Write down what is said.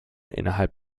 innerhalb